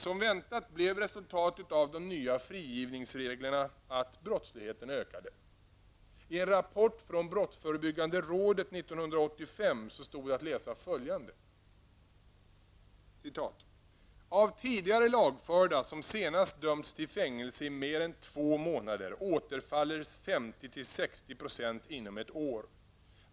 Som väntat blev resultatet av de nya frigivningsreglerna att brottsligheten ökade. I en rapport från brottsförebyggande rådet 1985 stod följande att läsa: ''Av tidigare lagförda som senast dömts till fängelse i mer än två månader återfaller 50--60 % inom ett år.